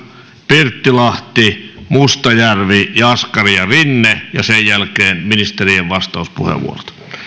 pirttilahti mustajärvi jaskari ja rinne sen jälkeen ministe rien vastauspuheenvuorot